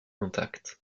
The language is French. intacts